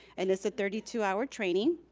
and it's a thirty two hour training.